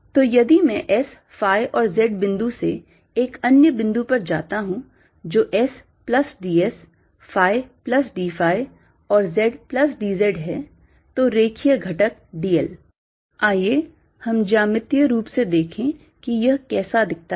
तो यदि मैं S phi और Z बिंदु से एक अन्य बिंदु पर जाता हूं जो S plus d S phi plus d phi और z plus d z है तो रेखीय घटक d l आइए हम ज्यामितीय रूप से देखें कि यह कैसा दिखता है